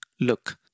look